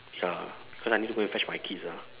ya cause I need to go and fetch my kids ah